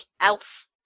else